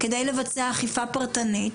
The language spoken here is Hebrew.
כדי לבצע אכיפה פרטנית,